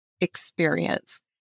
experience